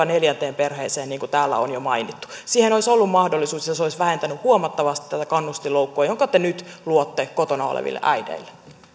neljänteen perheeseen niin kuin täällä on jo mainittu siihen olisi ollut mahdollisuus ja se olisi vähentänyt huomattavasti tätä kannustinloukkua jonka te nyt luotte kotona oleville äideille